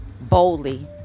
boldly